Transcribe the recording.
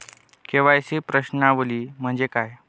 KYC प्रश्नावली म्हणजे काय?